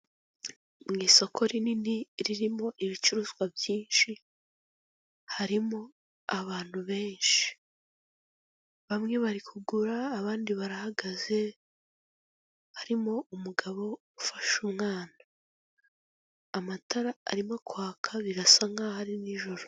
Mu isoko rinini ririmo ibicuruzwa byinshi harimo abantu benshi, bamwe bari kugura abandi barahagaze; harimo umugabo ufasha umwana, amatara arimo kwaka, birasa nk'aho ari nijoro.